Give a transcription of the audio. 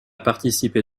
participé